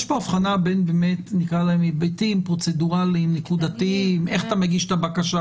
יש פה הבחנה בין היבטים פרוצדורליים נקודתיים איך אתה מגיש את הבקשה,